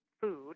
food